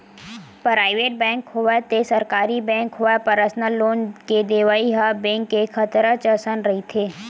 private bank होवय ते सरकारी बेंक होवय परसनल लोन के देवइ ह बेंक बर खतरच असन रहिथे